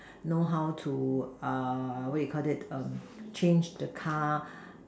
know how to err what you Call it um change the car